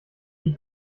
die